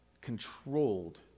controlled